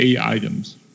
items